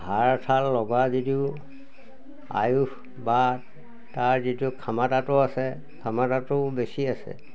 হাড় ছাল লগা যদিও আয়ুস বা তাৰ যিটো ক্ষমতাটো আছে ক্ষমতাটো বেছি আছে